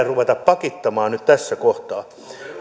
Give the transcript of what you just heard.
ruveta pakittamaan nyt tässä kohtaa